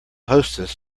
hostess